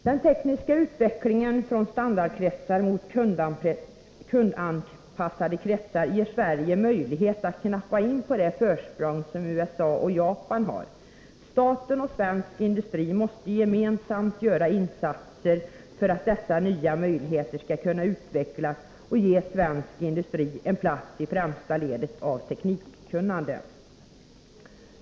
Den tekniska utvecklingen från standardkretsar mot kundanpassade kretsar ger Sverige möjlighet att knappa in på det försprång som USA och Japan har. Staten och svensk industri måste gemensamt göra insatser för att dessa nya möjligheter skall utvecklas och ge svensk industri en plats i främsta ledet när det gäller teknikkunnande.